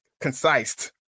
Concise